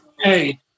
hey